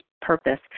purpose